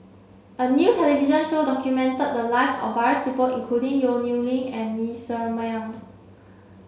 a new television show documented the lives of various people including Yong Nyuk Lin and Ng Ser Miang